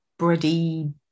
bready